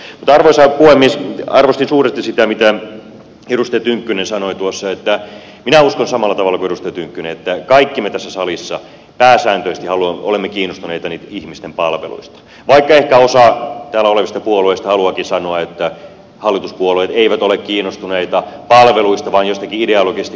mutta arvoisa puhemies arvostin suuresti sitä mitä edustaja tynkkynen sanoi tuossa minä uskon samalla tavalla kuin edustaja tynkkynen että kaikki me tässä salissa pääsääntöisesti olemme kiinnostuneita ihmisten palveluista vaikka ehkä osa täällä olevista puolueista haluaakin sanoa että hallituspuolueet eivät ole kiinnostuneita palveluista vaan jostakin ideologisesta keskittämisestä